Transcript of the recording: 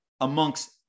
amongst